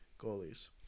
goalies